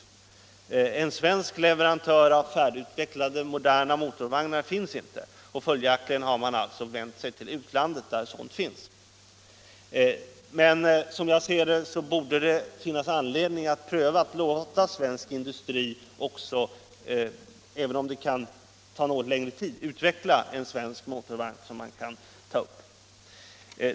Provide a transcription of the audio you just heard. Någon svensk leverantör av färdigutvecklade moderna motorvagnar finns inte, och följaktligen har man vänt sig till utlandet, där sådana finns. Men som jag ser saken borde det finnas anledning att pröva möjligheten att låta svensk industri, även om det kan ta något längre tid, utveckla en svensk motorvagn som man kan köpa.